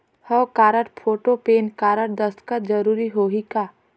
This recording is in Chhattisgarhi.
हव कारड, फोटो, पेन कारड, दस्खत जरूरी होही का?